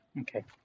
Okay